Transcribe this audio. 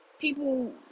people